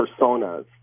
personas